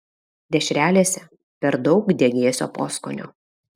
dešrelėse per daug degėsio poskonio